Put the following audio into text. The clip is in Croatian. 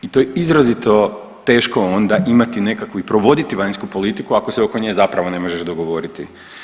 I to je izrazito teško onda imati nekakvu i provoditi vanjsku politiku ako se oko nje zapravo ne možeš dogovoriti.